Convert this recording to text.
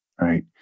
right